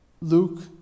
Luke